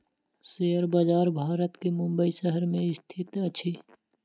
share बजार भारत के मुंबई शहर में स्थित अछि